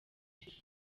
twitter